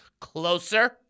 closer